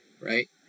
right